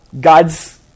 God's